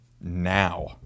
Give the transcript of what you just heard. now